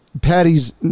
Patty's